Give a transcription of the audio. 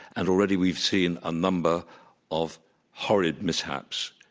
and already we've seen a number of horrid mishaps.